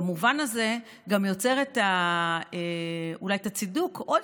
במובן הזה גם יוצר אולי את הצידוק עוד